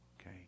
Okay